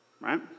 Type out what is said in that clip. right